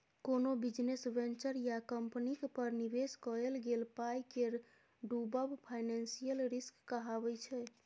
कोनो business venture या कंपनीक पर निबेश कएल गेल पाइ केर डुबब फाइनेंशियल रिस्क कहाबै छै